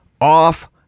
off